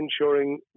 ensuring